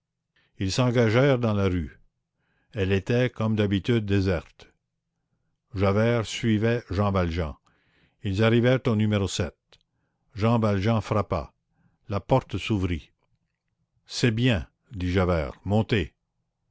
ils s'engagèrent dans la rue elle était comme d'habitude déserte javert suivait jean valjean ils arrivèrent au numéro jean valjean frappa la porte s'ouvrit c'est bien dit javert